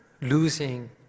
losing